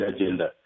agenda